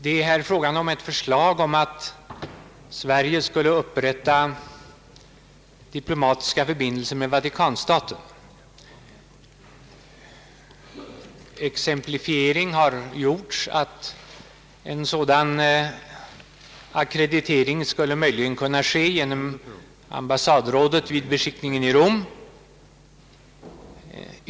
Det är här fråga om ett förslag att Sverige skulle upprätta diplomatiska förbindelser med Vatikanstaten. Exemplifiering har gjorts på att en sådan ackreditering möjligen skulle kunna ske genom ambassadrådet vid beskickningen i Rom.